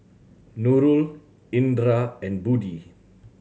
Nurul Indra and Budi